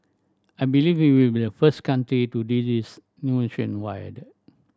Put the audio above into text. I believe we will be the first country to do this nationwide